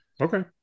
Okay